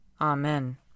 Amen